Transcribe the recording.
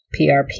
PRP